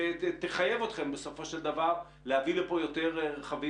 שתחייב אתכם בסופו של דבר להביא יותר רכבים